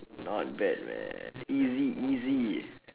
not bad man easy easy